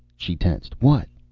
she tensed. what?